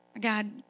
God